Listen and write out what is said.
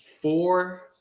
four